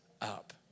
up